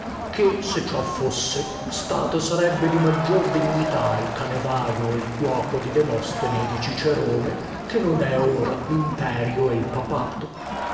ché se ciò fosse stato sarebbe di maggior dignità il canevaio o l cuoco di demostene e di cicerone che non è ora limperio e il papato